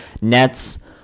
Nets